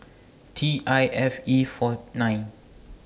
T I F E four nine